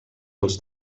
els